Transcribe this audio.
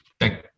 Thank